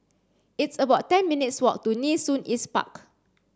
it's about ten minutes' walk to Nee Soon East Park